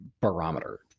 barometer